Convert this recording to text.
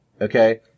okay